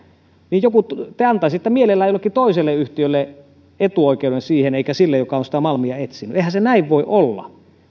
niin te antaisitte mielellänne jollekin toiselle yhtiölle etuoikeuden siihen ettekä sille joka on sitä malmia etsinyt eihän se näin voi olla